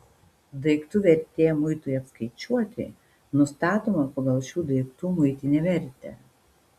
daiktų vertė muitui apskaičiuoti nustatoma pagal šių daiktų muitinę vertę